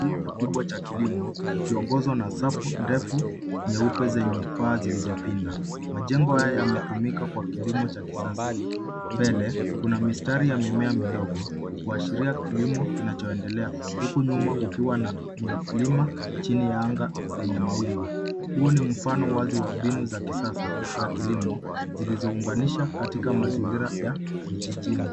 Kituo kikubwa cha kilimo kikiongozwa na safu ndefu nyepe zenye paa zilizopida. Majengo haya yametumika kwa kililmo cha kisasa. Mbele kuna mistari ya mimea midogo kuashiria kilimo kinachoendelea huku nyuma kukiwa na milima chini ya anga lenye mawingu. Huu ni mfano wazi wa mbinu za kisasa za kilimo zilizounganisha kati mazingira ya vijijini.